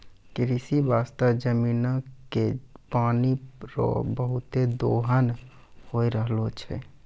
कृषि बास्ते जमीनो के पानी रो बहुते दोहन होय रहलो छै